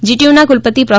જીટીયુના કુલપતિ પ્રો